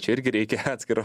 čia irgi reikia atskiro